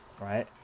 right